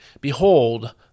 Behold